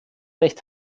recht